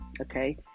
okay